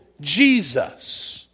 Jesus